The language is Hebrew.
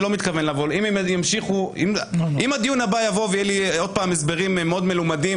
אם בדיון הבא יהיו עוד פעם הסברים מלומדים